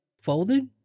folded